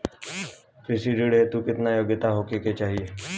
कृषि ऋण हेतू केतना योग्यता होखे के चाहीं?